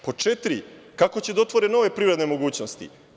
Pod četiri – kako će da otvore nove privredne mogućnosti?